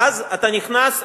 ואז אתה נכנס למשא-ומתן,